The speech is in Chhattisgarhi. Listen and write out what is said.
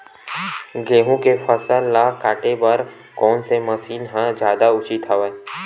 गेहूं के फसल ल काटे बर कोन से मशीन ह जादा उचित हवय?